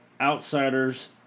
Outsiders